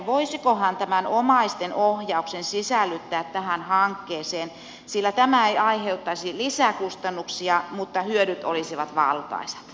voisikohan tämän omaisten ohjauksen sisällyttää tähän hankkeeseen sillä tämä ei aiheuttaisi lisäkustannuksia mutta hyödyt olisivat valtaisat